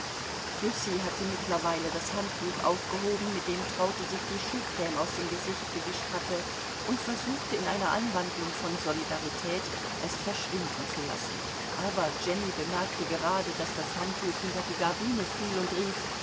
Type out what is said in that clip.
hatte mittlerweile das handtuch aufgehoben mit dem traute sich die schuhcrme aus dem gesicht gewischt hatte und versuchte in einer anwandlung von solidarität es verschwinden zu lassen aber jenny bemerkte gerade daß das handtuch hinter die gardine fiel und rief